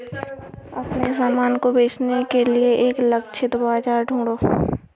अपने सामान को बेचने के लिए एक लक्षित बाजार ढूंढो